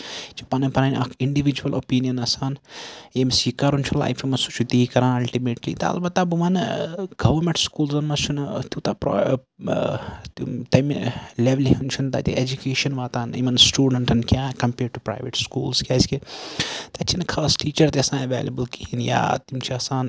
یہِ پَنٕنۍ پَنٕنۍ اکھ اِنڈِوِجول اوٚپِنین آسان ییٚمِس یہِ کَرُن چھُ لایفہِ منٛز سُہ چھُ تی کران اَلٹِمیٹلی تہٕ اَلبتہ بہٕ وَنہٕ گورمینٹ سکوٗلزَن منٛز چھُنہٕ تیوٗتاہ تَمہِ لیولہِ ہُند چھُنہٕ تتہِ ایجوٗکیشن واتان یِمن سٹوٗڈَنٹن کیٚنہہ کَمپیٲڑ ٹُو پریویٹ سکوٗلٕز کیازِ کہِ تتہِ چھِنہٕ خاص ٹیٖچر تہِ آسان ایویلیبٕل کِہیٖنۍ یا تِم چھِ آسان